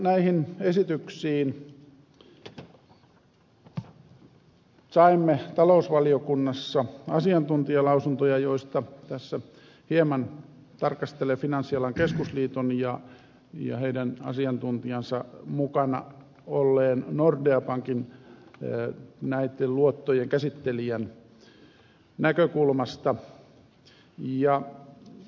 näihin esityksiin saimme talousvaliokunnassa asiantuntijalausuntoja joista tässä hieman tarkastelen finanssialan keskusliiton asiantuntijan ja hänen mukanaan olleen nordea pankin luottojen käsittelijän näkökulmaa